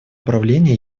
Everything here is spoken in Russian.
управления